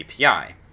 API